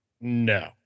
No